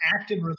active